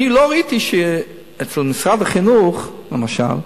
אני לא ראיתי במשרד החינוך, למשל,